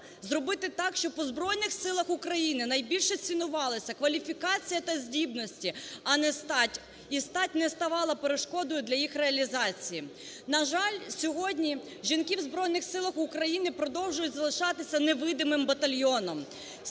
зробити так, щоб у Збройних Силах України найбільше цінувалися кваліфікація та здібності, а не стать, і стать не ставала перешкодою для їх реалізації. На жаль, сьогодні жінки в Збройних Силах України продовжують залишатися "невидимим батальйоном".